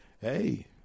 hey